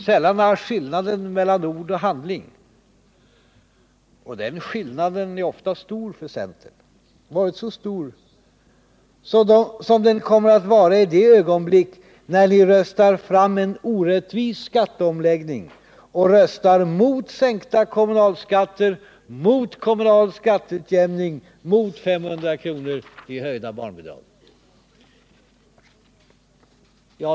Sällan har skillnaden mellan ord och handling — och den skillnaden är ofta stor för centern — varit så stor som den kommer att vara i det ögonblick när ni röstar fram en orättvis skatteomläggning och röstar mot sänkta kommunalskatter, mot kommunal skatteutjämning och mot 500 kr. i höjda barnbidrag.